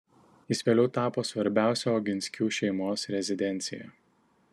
jis vėliau tapo svarbiausia oginskių šeimos rezidencija